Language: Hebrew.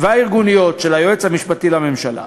והארגוניות של היועץ המשפטי לממשלה.